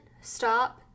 stop